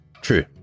True